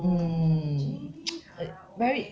mm very